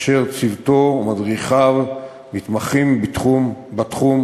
אשר צוותו ומדריכיו מתמחים בתחום.